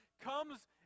comes